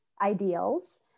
ideals